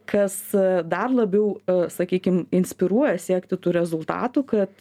kas dar labiau sakykim inspiruoja siekti tų rezultatų kad